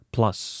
Plus